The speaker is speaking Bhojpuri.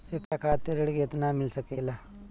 शिक्षा खातिर ऋण केतना मिल सकेला?